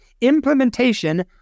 implementation